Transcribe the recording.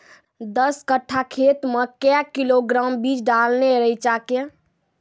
दस कट्ठा खेत मे क्या किलोग्राम बीज डालने रिचा के?